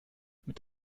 mit